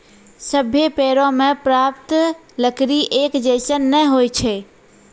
सभ्भे पेड़ों सें प्राप्त लकड़ी एक जैसन नै होय छै